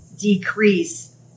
decrease